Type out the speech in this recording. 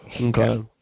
Okay